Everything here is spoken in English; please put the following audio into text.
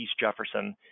Jefferson